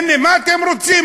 הנה, מה אתם רוצים?